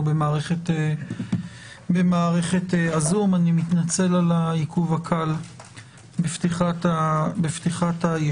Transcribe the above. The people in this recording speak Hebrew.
במערכת הזום אני מתנצל על העיכוב הקל בפתיחת הישיבה.